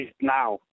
now